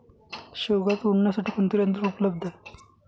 शेवगा तोडण्यासाठी कोणते यंत्र उपलब्ध आहे?